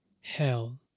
hell